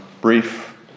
brief